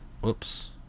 whoops